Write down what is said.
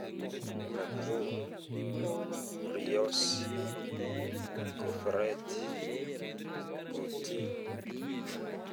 gateau, briosi, gôfrety, gouti,